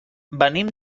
venim